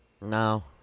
No